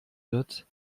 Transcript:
wird